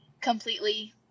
completely